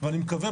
ואני מקווה,